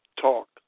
Talk